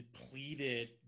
depleted